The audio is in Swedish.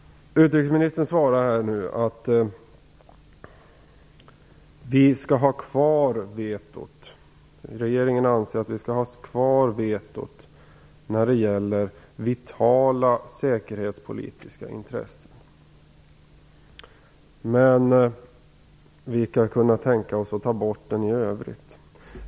Utrikesministern svarar nu att regeringen anser att vi skall ha kvar vetot när det gäller vitala säkerhetspolitiska intressen, men att vi kan tänka oss att ta bort den i övrigt.